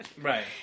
Right